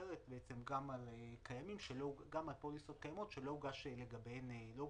האפשרות השנייה היא שזה גם על פוליסות קיימות שלא הוגשה לגביהן תביעה.